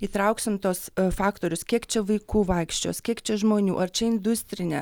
įtrauksim tuos faktorius kiek čia vaikų vaikščios kiek čia žmonių ar čia industrinė